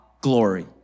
glory